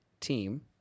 team